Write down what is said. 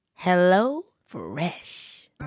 HelloFresh